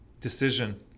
decision